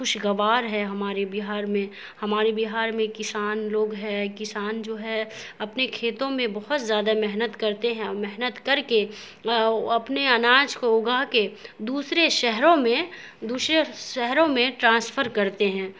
خوشگوار ہے ہمارے بہار میں ہمارے بہار میں کسان لوگ ہے کسان جو ہے اپنے کھیتوں میں بہت زیادہ محنت کرتے ہیں اور محنت کر کے اور اپنے اناج کو اگا کے دوسرے شہروں میں دوسرے شہروں میں ٹرانسفر کرتے ہیں